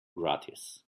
gratis